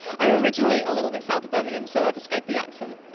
i'm originally a little bit south of birmingham, so i've escaped the accent.